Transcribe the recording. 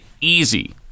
easy